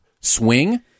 swing